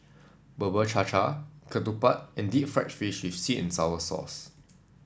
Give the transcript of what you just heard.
Bubur Cha Cha Ketupat and Deep Fried Fish with sweet and sour sauce